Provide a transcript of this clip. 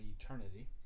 eternity